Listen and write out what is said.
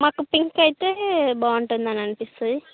నాకు పింక్ అయితే బాగుంటుందని అనిపిస్తుంది